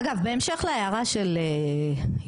אגב בהמשך להערה של יוראי,